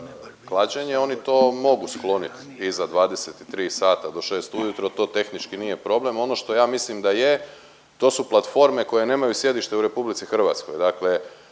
klađenje oni to mogu skloniti iza 23h do 6 u jutro, to tehnički nije problem. Ono što ja mislim da je to su platforme koje nemaju sjedište u Republici Hrvatskoj. Dakle,